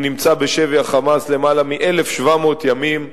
הוא נמצא בשבי ה"חמאס" למעלה מ-1,700 יום,